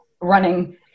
running